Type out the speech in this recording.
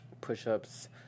push-ups